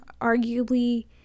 arguably